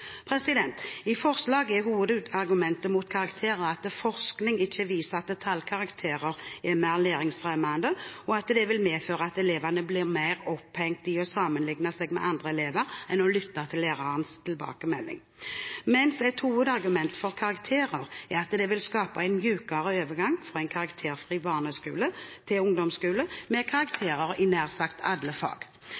I forslaget er hovedargumentet mot karakterer at forskning ikke viser at tallkarakterer er mer læringsfremmende, og at det vil medføre at elevene blir mer opphengt i å sammenligne seg med andre elever enn å lytte til lærerens tilbakemelding, mens et hovedargument for karakterer er at det vil skape en mykere overgang fra en karakterfri barneskole til en ungdomsskole med